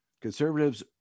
Conservatives